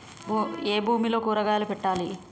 ఏ భూమిలో కూరగాయలు పెట్టాలి?